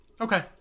Okay